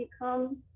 become